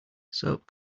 soap